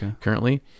currently